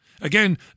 Again